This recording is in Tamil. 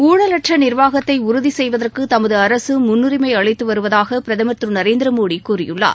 ஊழலற்ற நிர்வாகத்தை உறுதிசெய்வதற்கு தமது அரசு முன்னுரிமை அளித்து வருவதாக பிரதமர் திரு நரேந்திரமோடி கூறியுள்ளார்